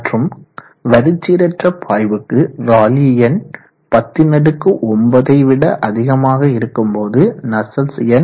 மற்றும் வரிச்சீரற்ற பாய்வுக்கு ராலி எண் 109 யை விட அதிகமாக இருக்கும் போது நஸ்சல்ட்ஸ் எண்